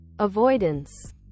Avoidance